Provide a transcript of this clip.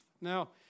Now